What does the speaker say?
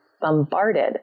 bombarded